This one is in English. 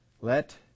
Let